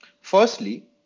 Firstly